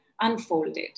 unfolded